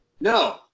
No